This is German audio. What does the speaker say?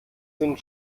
sind